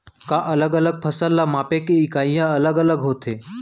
का अलग अलग फसल ला मापे के इकाइयां अलग अलग होथे?